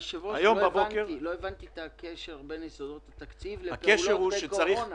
לא הבנתי את הקשר בין חוק יסודות התקציב לפעולות בקורונה.